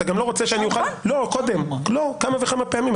היא אמרה כמה וכמה פעמים.